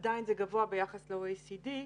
זה עדיין גבוה ביחד ל-OECD,